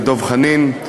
דב חנין,